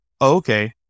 okay